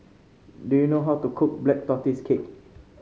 do you know how to cook Black Tortoise Cake